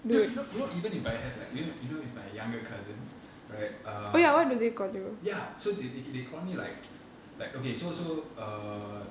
dude you know you know even if I have like you know you know if my younger cousins right err ya so they they they call me like like okay so so err